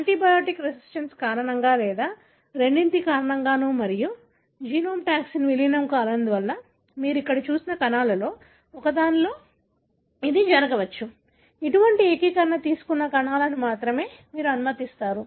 antibiotic resistance కారణంగా లేదా రెండింటి కారణంగానూ మరియు జీనోమ్లో టాక్సిన్ విలీనం కానందున మీరు ఇక్కడ చూసిన కణాలలో ఒకదానిలో ఇది జరగవచ్చు అటువంటి ఏకీకరణ తీసుకున్న కణాలను మాత్రమే మీరు అనుమతిస్తారు